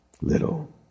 little